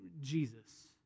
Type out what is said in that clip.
Jesus